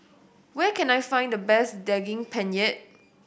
where can I find the best Daging Penyet